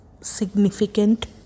significant